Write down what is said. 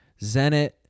Zenit